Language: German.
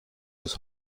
des